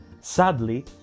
sadly